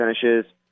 finishes